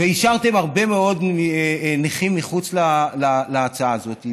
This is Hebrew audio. והשארתם הרבה מאוד נכים מחוץ להצעה הזאת,